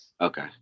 Okay